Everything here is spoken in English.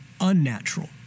unnatural